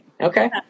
Okay